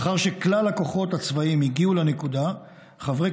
לאחר שכלל הכוחות הצבאים הגיעו לנקודה חברי